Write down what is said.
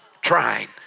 trying